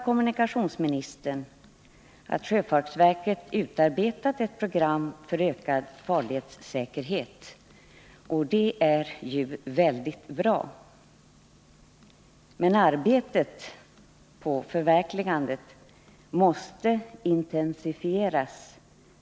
Kommunikationsministern anför att sjöfartsverket har utarbetat ett program för ökad farledssäkerhet, och det är väldigt bra. Men arbetet på förverkligandet måste intensifieras.